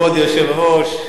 כבוד היושב-ראש,